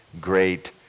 great